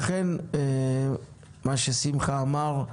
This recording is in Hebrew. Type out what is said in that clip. אכן מה ששמחה אמר,